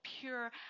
pure